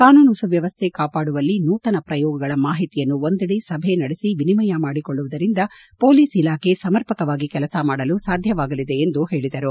ಕಾನೂನು ಸುವ್ಕವಸ್ಥೆ ಕಾಪಾಡುವಲ್ಲಿ ನೂತನ ಪ್ರಯೋಗಗಳ ಮಾಹಿತಿಯನ್ನು ಒಂದೆಡೆ ಸಭೆ ನಡೆಸಿ ವಿನಿಮಯ ಮಾಡಿಕೊಳ್ಳುವುದರಿಂದ ಮೊಲೀಸ್ ಇಲಾಖೆ ಸಮರ್ಪಕವಾಗಿ ಕೆಲಸ ಮಾಡಲು ಸಾಧ್ಯವಾಗಲಿದೆ ಎಂದು ಹೇಳಿದರು